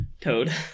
Toad